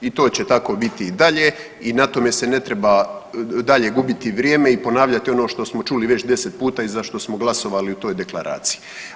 I to će tako biti i dalje i na tome se ne treba dalje gubiti vrijeme i ponavljati ono što smo čuli već 10 puta i za što smo glasovali u toj deklaraciji.